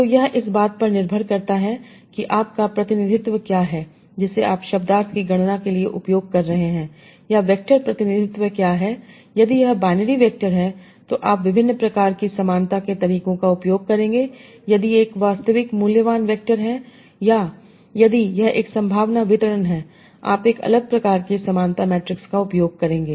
तो यह इस बात पर निर्भर करता है कि आपका प्रतिनिधित्व क्या है जिसे आप शब्दार्थ की गणना के लिए उपयोग कर रहे हैं या वेक्टर प्रतिनिधित्व क्या है यदि यह बाइनरी वेक्टर है तो आप विभिन्न प्रकार की समानता के तरीकों का उपयोग करेंगे यदि यह एक वास्तविक मूल्यवान वैक्टर है या यदि यह एक संभावना वितरण है आप एक अलग प्रकार के समानता मैट्रिक्स का उपयोग करेंगे